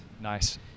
Nice